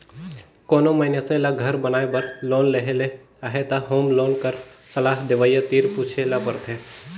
कोनो मइनसे ल घर बनाए बर लोन लेहे ले अहे त होम लोन कर सलाह देवइया तीर पूछे ल परथे